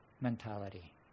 mentality